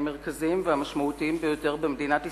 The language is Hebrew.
המרכזיים והמשמעותיים ביותר במדינת ישראל,